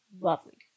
lovely